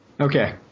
Okay